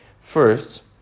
First